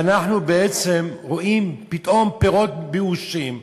ואנחנו בעצם רואים פתאום פירות באושים,